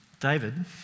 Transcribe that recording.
David